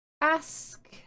ask